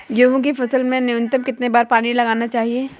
गेहूँ की फसल में न्यूनतम कितने बार पानी लगाया जाता है?